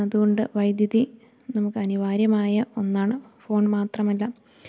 അതുകൊണ്ട് വൈദ്യുതി നമുക്കനിവാര്യമായ ഒന്നാണ് ഫോൺ മാത്രമല്ല